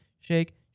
shake